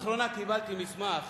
לאחרונה קיבלתי מסמך